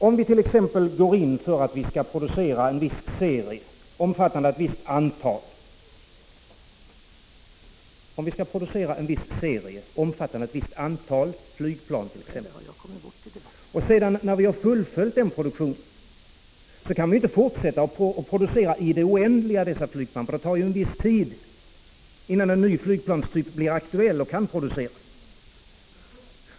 Om vi t.ex. går in för att producera en viss serie, omfattande ett visst antal flygplan, kan vi inte, när vi fullföljt produktionen, fortsätta att producera i det oändliga, eftersom det ju tar en viss tid innan en ny flygplanstyp kan bli aktuell och kan produceras.